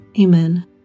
Amen